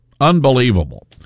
Unbelievable